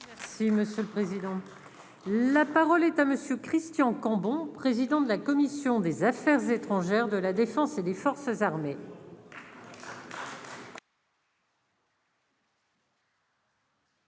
merci Monsieur le Président. La parole est à monsieur Christian Cambon, président de la commission des Affaires étrangères de la Défense et des forces armées.